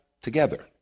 together